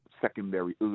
secondary